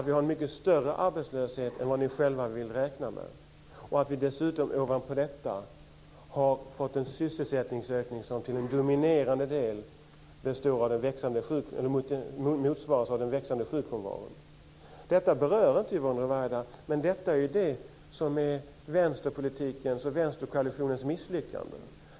Vi har en mycket större arbetslöshet än vad ni själva vill räkna med, och ovanpå detta har vi fått en sysselsättningsökning som till en dominerande del motsvaras av den växande sjukfrånvaron. Detta berör inte Yvonne Ruwaida, men det är vänsterpolitikens och vänsterkoalitionens misslyckande.